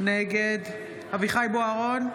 נגד אביחי אברהם בוארון,